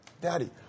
Daddy